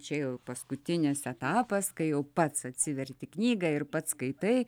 čia jau paskutinis etapas kai jau pats atsiverti knygą ir pats skaitai